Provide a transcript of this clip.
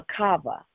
akava